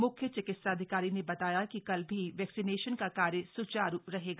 मुख्य चिकित्साधिकारी ने बताया कि कल भी वैक्सीनेशन का कार्य सुचारू रहेगा